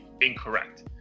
incorrect